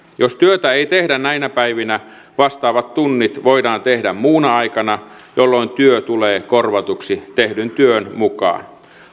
jos työtä ei tehdä näinä päivinä vastaavat tunnit voidaan tehdä muuna aikana jolloin työ tulee korvatuksi tehdyn työn mukaan